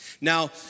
Now